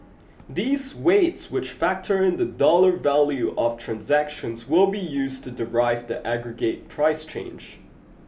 these weights which factor in the dollar value of transactions will be used to derive the aggregate price change